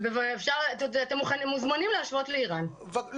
אתם מוזמנים להשוות לאירן,